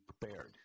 prepared